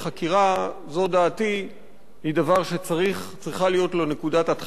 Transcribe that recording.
חקירה היא דבר שצריכה להיות לו התחלה,